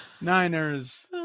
Niners